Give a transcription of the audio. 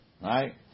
right